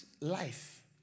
life